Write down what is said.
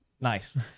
nice